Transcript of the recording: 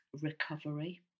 recovery